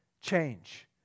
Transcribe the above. change